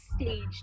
staged